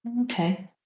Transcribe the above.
Okay